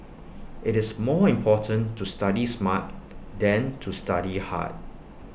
IT is more important to study smart than to study hard